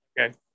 okay